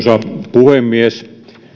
puhemies